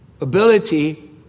ability